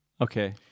Okay